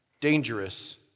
Dangerous